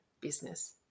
business